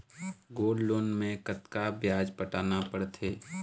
Gold loan मे कतका ब्याज पटाना पड़थे?